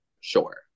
Sure